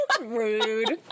Rude